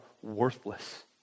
worthless